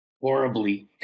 horribly